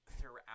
throughout